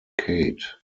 kate